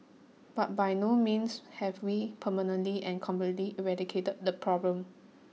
but by no means have we permanently and completely eradicated the problem